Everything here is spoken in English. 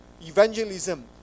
evangelism